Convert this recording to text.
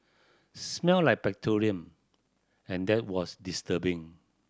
smelt like petroleum and that was disturbing